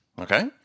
Okay